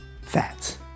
fats